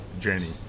journey